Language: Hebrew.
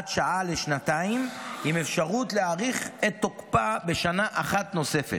שעה לשנתיים עם אפשרות להאריך את תוקפה בשנה אחת נוספת,